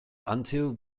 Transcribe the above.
until